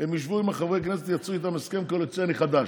הם ישבו עם חברי הכנסת וייצרו איתם הסכם קואליציוני חדש.